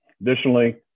Additionally